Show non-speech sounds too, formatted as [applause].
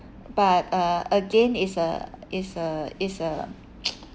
but uh again it's a it's a it's a [noise]